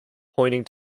pointing